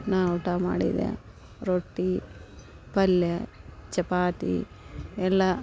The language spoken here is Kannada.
ನಾನು ಊಟ ಮಾಡಿದೆ ರೊಟ್ಟಿ ಪಲ್ಯ ಚಪಾತಿ ಎಲ್ಲ